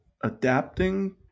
adapting